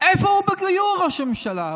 איפה הוא בגיור, ראש הממשלה?